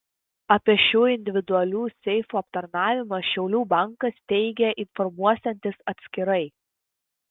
apie šių individualių seifų aptarnavimą šiaulių bankas teigia informuosiantis atskirai